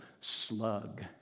slug